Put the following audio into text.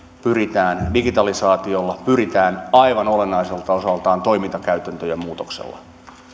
pyritään digitalisaatiolla pyritään aivan olennaiselta osaltaan toimintakäytäntöjen muutoksella